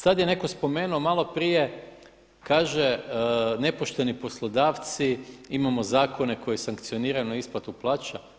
Sada je neko spomenuo malo prije, kaže nepošteni poslodavci, imamo zakone koji sankcioniraju neisplatu plaća.